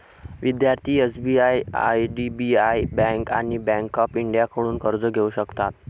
विद्यार्थी SBI IDBI bank आणि bank of इंडियाकडून कर्ज घेऊ शकतात